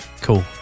Cool